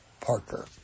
Parker